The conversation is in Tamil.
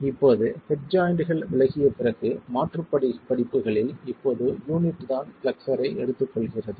இப்போது ஹெட் ஜாய்ண்ட்கள் விலகிய பிறகு மாற்று படிப்புகளில் இப்போது யூனிட் தான் பிளெக்ஸ்ஸர் ஐ எடுத்துக்கொள்கிறது